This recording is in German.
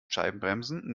scheibenbremsen